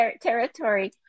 territory